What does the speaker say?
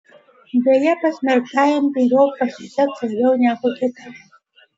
beje pasmerktajam myriop pasiseks labiau negu kitam